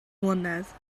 mlynedd